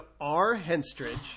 R-Henstridge